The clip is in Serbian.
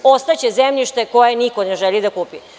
Ostaće zemljište koje niko ne želi da kupi.